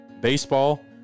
baseball